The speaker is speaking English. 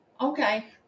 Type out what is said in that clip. Okay